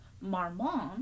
Marmont